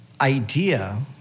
idea